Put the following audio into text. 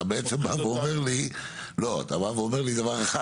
אתה בא ואומר לי דבר אחד,